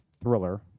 thriller